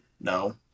No